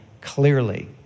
clearly